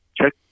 check